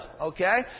okay